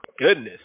goodness